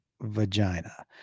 vagina